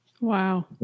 Wow